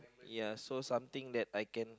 ya so something that I can